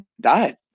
died